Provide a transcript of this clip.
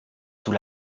sous